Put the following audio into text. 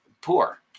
poor